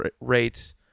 rates